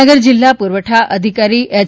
ભાવનગર જિલ્લા પુરવઠા અધિકારી એચ